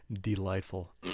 delightful